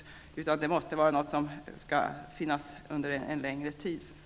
För att det skall bli någon effekt måste verksamheten pågå under en längre tid.